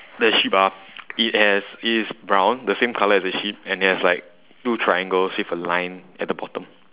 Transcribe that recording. the sheep ah it has it is brown the same colour as the sheep and it has like two triangles with a line at the bottom